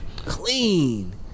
Clean